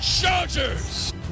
Chargers